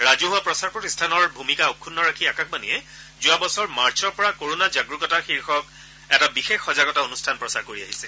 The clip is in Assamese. ৰাজহুৱা প্ৰচাৰ প্ৰতিষ্ঠানৰ ভূমিকা অক্ষুন্ন ৰাখি আকাশবাণীয়ে যোৱা বছৰ মাৰ্চৰ পৰা কৰনা জাগ্ৰুকতা নামৰ এটা বিশেষ সজাগতা অনুষ্ঠান প্ৰচাৰ কৰি আহিছে